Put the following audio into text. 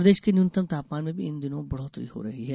प्रदेश के न्यूनतम तापमान में भी इन दिनों बढ़ोतरी हो रही है